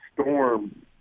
storm